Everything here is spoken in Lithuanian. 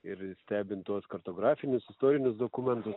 ir stebint tuos kartografinius istorinius dokumentus